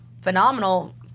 phenomenal